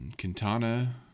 Quintana